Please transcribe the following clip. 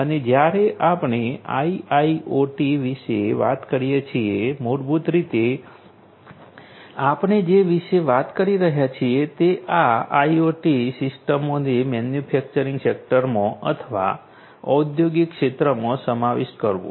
અને જ્યારે આપણે આઈઆઈઓટી વિશે વાત કરીએ છીએ મૂળભૂત રીતે આપણે જે વિશે વાત કરી રહ્યા છીએ તે આ આઇઓટી સિસ્ટમોને મેન્યુફેક્ચરિંગ સેક્ટરમાં અથવા ઔદ્યોગિક ક્ષેત્રમાં સમાવિષ્ટ કરવું